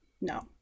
no